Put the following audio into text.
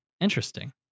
Interesting